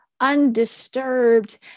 undisturbed